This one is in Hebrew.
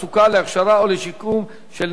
להכשרה או לשיקום של נכי נפש),